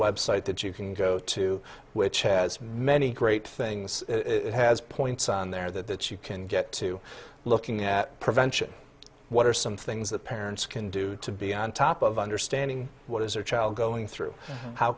web site that you can go to which has many great things it has points on there that you can get to looking at prevention what are some things that parents can do to be on top of understanding what is their child going through how